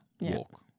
walk